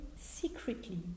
secretly